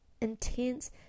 intense